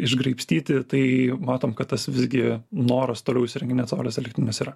išgraibstyti tai matom kad tas visgi noras toliau įsirenginėt saules elektrines yra